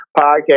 podcast